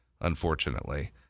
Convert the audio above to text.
unfortunately